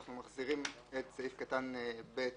אנחנו מחזירים את סעיף קטן (ב).